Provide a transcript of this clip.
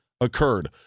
occurred